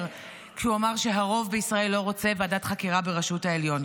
כשהוא אמר שהרוב בישראל לא רוצה ועדת חקירה בראשות העליון.